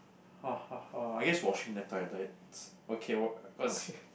I guess washing the toilets okay wa~ cause